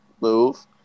move